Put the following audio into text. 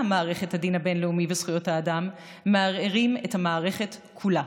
מערכת הדין הבין-לאומי וזכויות האדם מערערים את המערכת כולה.